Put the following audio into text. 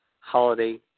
holiday